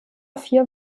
vier